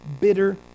bitter